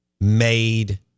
made